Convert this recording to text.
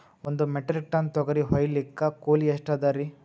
ಒಂದ್ metric tonne ತೊಗರಿ ಹೋಯಿಲಿಕ್ಕ ಕೂಲಿ ಎಷ್ಟ ಅದರೀ?